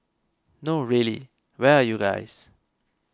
no really where are you guys